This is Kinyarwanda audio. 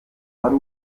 wari